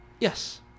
Yes